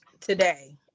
today